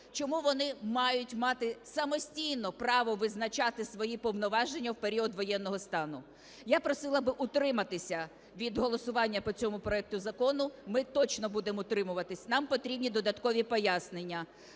чому вони мають мати самостійно право визначати свої повноваження в період воєнного стану. Я просила би утриматися від голосування по цьому проекту закону. Ми точно будемо утримуватися. Нам потрібні додаткові пояснення.